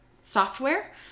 software